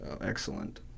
Excellent